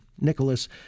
Nicholas